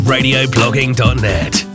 RadioBlogging.net